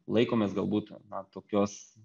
laikomės galbūt na tokios